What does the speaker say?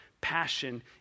passion